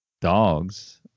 dogs